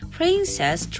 Princess